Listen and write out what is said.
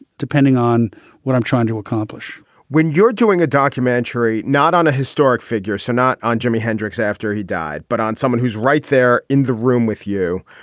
depending on what i'm trying to accomplish when you're doing a documentary, not on a historic figure, so not on jimi hendrix after he died, but on someone who's right there in the room with you.